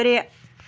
ترٛےٚ